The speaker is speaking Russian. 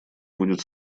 будет